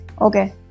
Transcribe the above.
okay